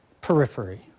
periphery